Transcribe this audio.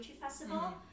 Festival